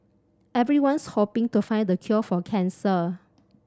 everyone's hoping to find the cure for cancer